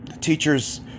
teachers